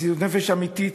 מסירות נפש אמיתית,